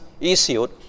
issued